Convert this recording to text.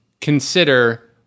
consider